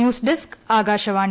news desk Akashvani